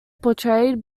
portrayed